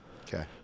Okay